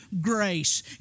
grace